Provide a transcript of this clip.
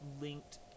linked